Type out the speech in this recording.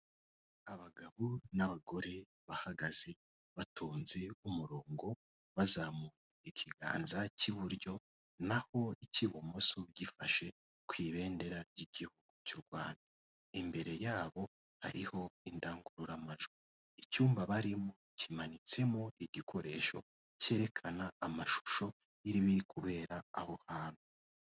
Abagabo n'abagore bahagaze batonze umurongo ,bazamuye ikiganza cy'iburyo na ho icy'ibumoso gifashe kw' ibendera ry'Igihugu cy'u Rwanda, imbere yabo hariho indangururamajwi, icyumba barimo kimanitsemo igikoresho cyerekana amashusho y'ibiri kubera aho hantu.